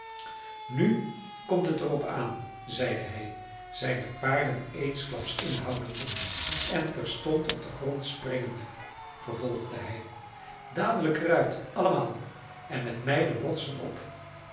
nu komt het er op aan zeide hij zijne paarden eensklaps inhoudende en terstond op den grond springende vervolgde hij dadelijk er uit allemaal en met mij de rotsen op